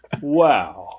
wow